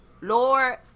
Lord